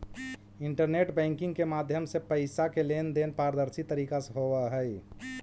internet banking के माध्यम से पैइसा के लेन देन पारदर्शी तरीका से होवऽ हइ